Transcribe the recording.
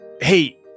hey